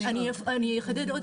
אני אחדד עוד יותר.